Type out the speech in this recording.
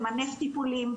למנף טיפולים,